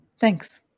Thanks